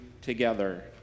together